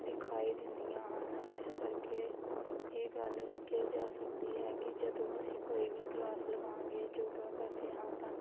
ਦਿਖਾਈ ਦਿੰਦੀਆਂ ਹਨ ਇਸ ਕਰਕੇ ਇਹ ਗੱਲ ਕਹੀ ਜਾ ਸਕਦੀ ਹੈ ਕਿ ਜਦੋਂ ਅਸੀਂ ਕੋਈ ਵੀ ਕਲਾਸ ਲਗਾਂਗੇ ਯੋਗਾ ਕਰਦੇ ਹਾਂ ਤਾਂ